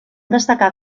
destacar